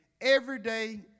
everyday